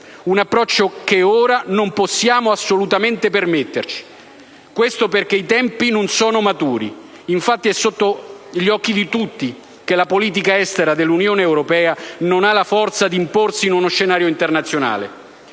un approccio che ora non possiamo assolutamente permetterci. Questo perché i tempi non sono maturi. Infatti, è sotto gli occhi di tutti che la politica estera dell'Unione europea non ha la forza per imporsi in un scenario internazionale,